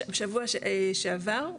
שבוע שעבר,